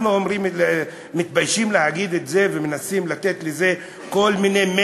אנחנו מתביישים להגיד את זה ומנסים לתת לזה כל מיני,